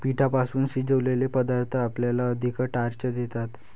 पिठापासून शिजवलेले पदार्थ आपल्याला अधिक स्टार्च देतात